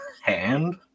Hand